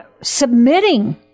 submitting